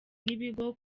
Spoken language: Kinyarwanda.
n’ibigo